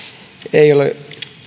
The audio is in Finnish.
ei ole